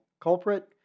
culprit